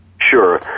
Sure